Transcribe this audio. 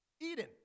Eden